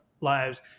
lives